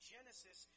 Genesis